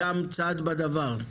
הם גם צד בדבר?